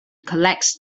collects